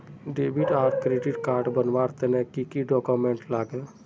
Debit आर credit card बनवार तने की की डॉक्यूमेंट लागे?